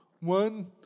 One